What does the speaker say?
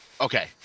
Okay